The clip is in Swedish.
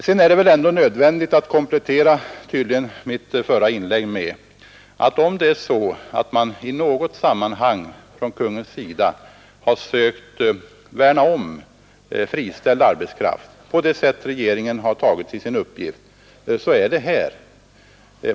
Sedan är det tydligen nödvändigt att komplettera mitt förra inlägg med att säga att om man i något sammanhang från regeringens sida har sökt värna om friställd arbetskraft, så är det här.